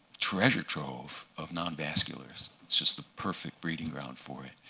treasure trove of non-vasculars. it's just the perfect breeding ground for it.